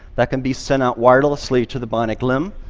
that can be sent out wirelessly to the bionic limb,